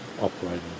operating